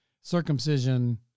circumcision